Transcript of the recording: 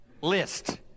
list